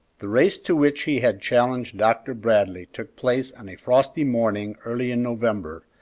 the race to which he had challenged dr. bradley took place on a frosty morning early in november,